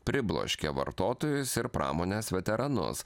pribloškė vartotojus ir pramonės veteranus